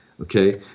Okay